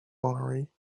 honoree